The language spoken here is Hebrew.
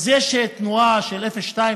אז יש תנועה של 0.2%